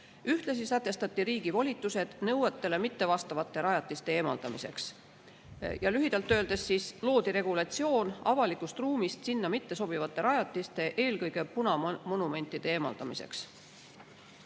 Ühtlasi sätestati riigi volitused nõuetele mittevastavate rajatiste eemaldamiseks. Lühidalt öeldes loodi regulatsioon avalikust ruumist sinna mittesobivate rajatiste, eelkõige punamonumentide eemaldamiseks. Vabariigi